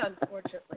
unfortunately